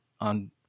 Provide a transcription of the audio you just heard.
on